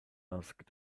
asked